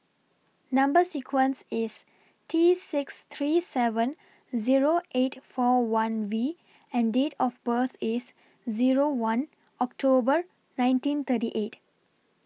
Number sequence IS T six three seven Zero eight four one V and Date of birth IS Zero one October nineteen thirty eight